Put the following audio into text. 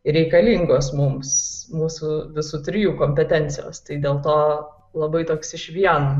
reikalingos mums mūsų visų trijų kompetencijos tai dėl to labai toks išvien